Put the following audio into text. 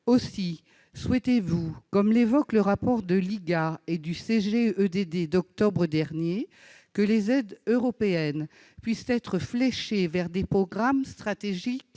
ministre, souhaitez-vous, comme l'évoque le rapport de l'IGA et du CGEDD d'octobre dernier, que les aides européennes puissent être fléchées vers des programmes stratégiques